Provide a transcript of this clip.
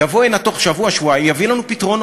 יבוא הנה תוך שבוע-שבועיים, יביא לנו פתרונות.